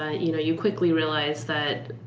ah you know you quickly realize that,